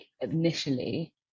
Initially